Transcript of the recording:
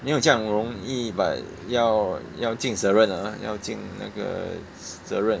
没有这样容易 but 要要进责任 ah 要进那个责任